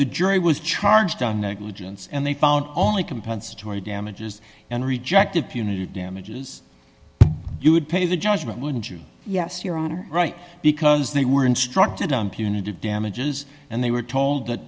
the jury was charged on negligence and they found only compensatory damages and rejected punitive damages you would pay the judgment wouldn't you yes your honor right because they were instructed on punitive damages and they were told that